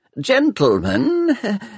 Gentlemen